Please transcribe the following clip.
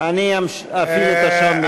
אני אפעיל את השעון מחדש.